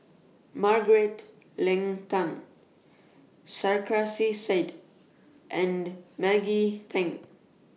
Margaret Leng Tan Sarkasi Said and Maggie Teng